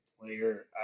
player